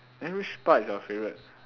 then which part is your favourite